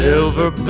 Silver